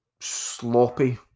sloppy